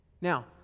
Now